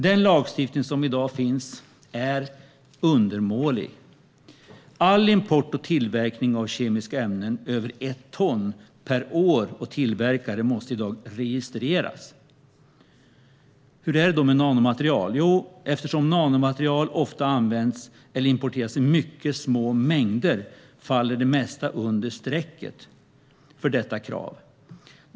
Den lagstiftning som i dag finns är undermålig. All import och tillverkning av kemiska ämnen över ett ton per år och tillverkare måste i dag registreras. Hur är det då med nanomaterial? Eftersom nanomaterial ofta används eller importeras i mycket små mängder faller det mesta under strecket för detta krav.